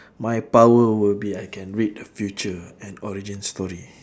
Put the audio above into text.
my power will be I can read the future and origin story